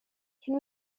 can